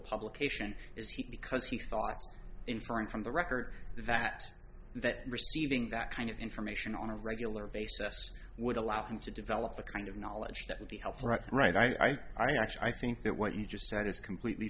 publication is he because he thought inferring from the record that that receiving that kind of information on a regular basis would allow him to develop the kind of knowledge that would be helpful right right i think i actually i think that what you just said is completely